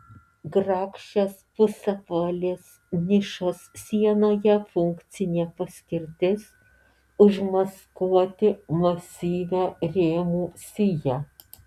grakščios pusapvalės nišos sienoje funkcinė paskirtis užmaskuoti masyvią rėmų siją